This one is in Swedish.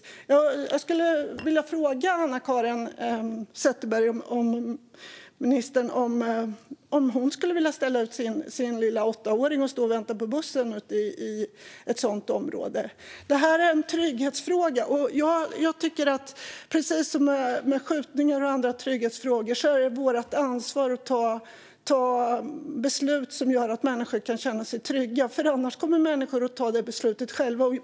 Jag skulle vilja fråga minister Anna-Caren Sätherberg om hon skulle vilja ställa ut sin lilla åttaåring att stå och vänta på bussen i ett sådant område. Det här är en trygghetsfråga. Precis som med skjutningar och andra trygghetsfrågor tycker jag att det är vårt ansvar att ta beslut som gör att människor kan känna sig trygga. Annars kommer människor att ta de besluten själva.